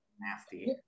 Nasty